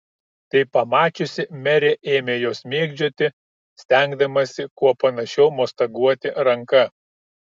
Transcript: tai pamačiusi merė ėmė juos mėgdžioti stengdamasi kuo panašiau mostaguoti ranka